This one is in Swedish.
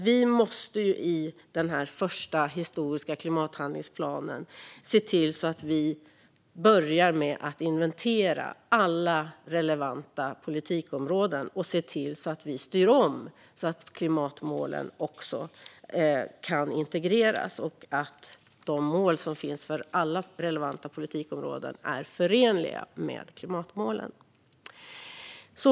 Vi måste i den här första historiska klimathandlingsplanen se till att vi börjar med att inventera alla relevanta politikområden, se till att styra om så att klimatmålen också kan integreras och se till att de mål som finns för alla relevanta politikområden är förenliga med klimatmålen.